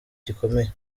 gikomeye